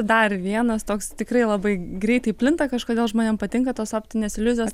dar vienas toks tikrai labai greitai plinta kažkodėl žmonėm patinka tos optinės iliuzijos